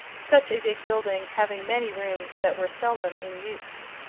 such a big building having many rooms that were seldom in use.